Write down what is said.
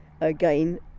again